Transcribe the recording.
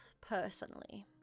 personally